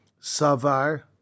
Savar